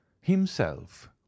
himself